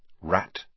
Rat